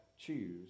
choose